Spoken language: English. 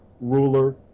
ruler